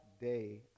day